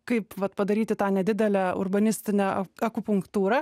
kaip vat padaryti tą nedidelę urbanistinę akupunktūrą